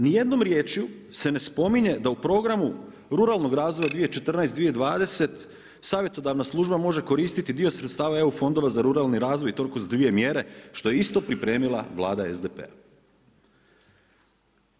Nijednom riječju se ne spominje da u Programu ruralnog razvoja 2014.-2020. savjetodavna služba može koristiti dio sredstava eu fondova za ruralni razvoj i to kroz dvije mjere što je isto pripremila vlada SDP-a.